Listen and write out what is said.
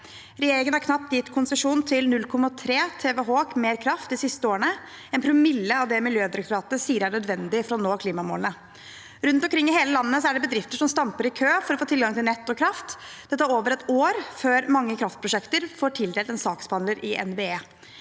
Regjeringen har knapt gitt konsesjon til 0,3 TWh mer kraft de siste årene – en promille av det Miljødirektoratet sier er nødvendig for å nå klimamålene. Rundt omkring i hele landet er det bedrifter som stamper i kø for å få tilgang til nett og kraft. Det tar over et år før mange kraftprosjekter får tildelt en saksbe